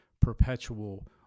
perpetual